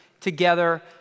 together